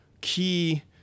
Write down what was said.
key